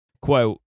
Quote